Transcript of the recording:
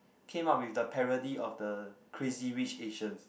came out with the parody of the Crazy-Rich-Asians